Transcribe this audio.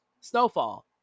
Snowfall